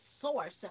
source